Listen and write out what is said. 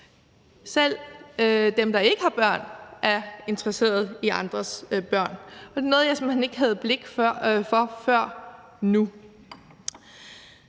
Selv dem, der ikke har børn, er interesseret i andres børn, og det er noget, jeg simpelt hen ikke havde blik for før nu,